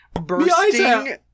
bursting